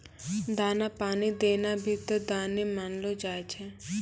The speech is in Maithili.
दाना पानी देना भी त दाने मानलो जाय छै